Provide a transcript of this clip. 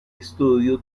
estudio